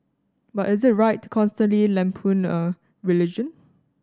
but is it right constantly lampoon a religion